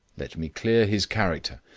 let me clear his character.